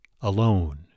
alone